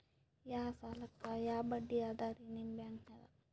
ಯಾ ಸಾಲಕ್ಕ ಯಾ ಬಡ್ಡಿ ಅದರಿ ನಿಮ್ಮ ಬ್ಯಾಂಕನಾಗ?